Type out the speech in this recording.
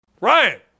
Ryan